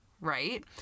right